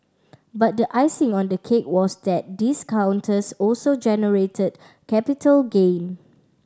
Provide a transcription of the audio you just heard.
but the icing on the cake was that these counters also generated capital gain